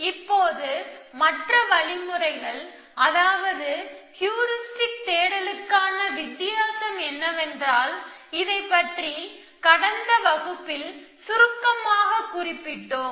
இப்போது மற்ற வழிமுறைகள் அதாவது ஹியூரிஸ்டிக் தேடலுக்கான வித்தியாசம் கடந்த வகுப்பில் இதைப்பற்றி சுருக்கமாகக் குறிப்பிட்டோம்